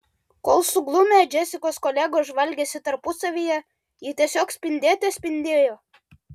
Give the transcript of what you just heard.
kol suglumę džesikos kolegos žvalgėsi tarpusavyje ji tiesiog spindėte spindėjo